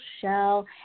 shell